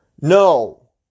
no